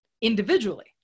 individually